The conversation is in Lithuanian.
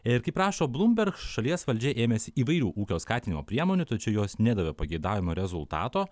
ir kaip rašo bloomberg šalies valdžia ėmėsi įvairių ūkio skatinimo priemonių tačiau jos nedavė pageidaujamo rezultato